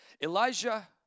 Elijah